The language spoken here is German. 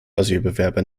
asylbewerber